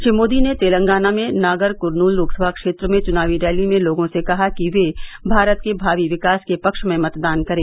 श्री मोदी ने तेलंगाना में नागर कुरनूल लोकसभा क्षेत्र में चुनावी रैली में लोगों से कहा कि वे भारत के भावी विकास के पक्ष में मतदान करें